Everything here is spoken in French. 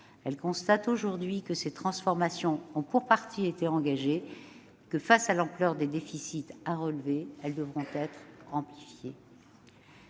Elle constate aujourd'hui que ces transformations ont pour partie été engagées, mais que, face à l'ampleur des défis à relever, elles devront être amplifiées.